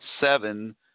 seven